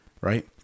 Right